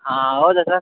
ಹಾಂ ಹೌದಾ ಸರ್